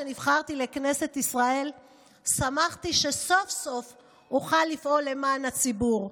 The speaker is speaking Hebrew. כשנבחרתי לכנסת ישראל שמחתי שסוף-סוף אוכל לפעול למען הציבור,